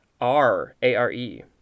R-A-R-E